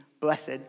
blessed